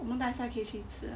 我们大家可以去吃